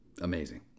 amazing